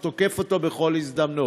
והוא תוקף אותו בכל הזדמנות.